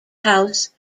house